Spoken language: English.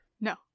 No